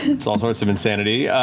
it's all sorts of insanity.